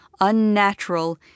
unnatural